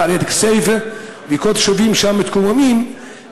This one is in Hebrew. עיריית כסייפה וכל התושבים שם מתקוממים.